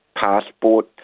passport